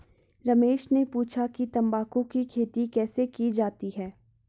रमेश ने पूछा कि तंबाकू की खेती कैसे की जाती है?